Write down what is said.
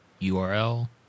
URL